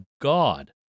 God